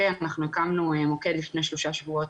אנחנו הקמנו מוקד לפני שלושה שבועות